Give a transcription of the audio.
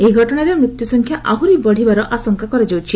ଏହି ଘଟଣାରେ ମୃତ୍ୟୁ ସଂଖ୍ୟା ଆହୁରି ବଢିବା ଆଶା କରାଯାଉଛି